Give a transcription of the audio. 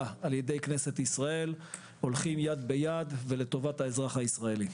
על ידי כנסת ישראל הולכים יד ביד לטובת האזרח הישראלי.